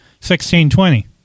1620